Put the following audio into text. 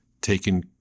taken